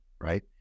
right